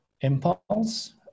impulse